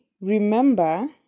remember